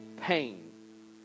pain